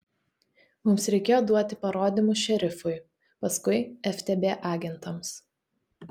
mums reikėjo duoti parodymus šerifui paskui ftb agentams